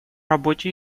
работе